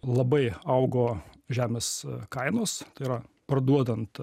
labai augo žemės kainos tai yra parduodant